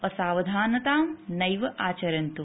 असावधानतां नैव आचरन्तु